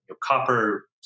copper